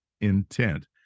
intent